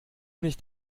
nicht